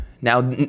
Now